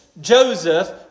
Joseph